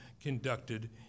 conducted